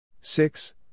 six